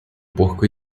porco